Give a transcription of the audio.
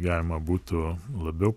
galima būtų labiau